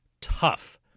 tough